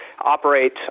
operate